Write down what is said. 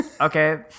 Okay